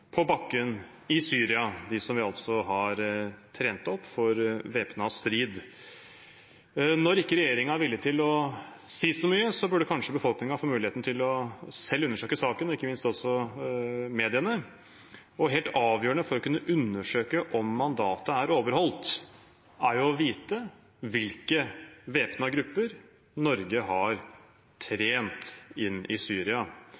på bakken i Syria, dem som vi altså har trent opp for væpnet strid. Når regjeringen ikke er villig til å si så mye, burde kanskje befolkningen få muligheten til selv å undersøke saken, ikke minst også mediene, og helt avgjørende for å kunne undersøke om mandatet er overholdt, er jo å vite hvilke væpnede grupper Norge har trent inn i Syria.